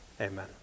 Amen